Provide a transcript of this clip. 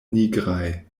nigraj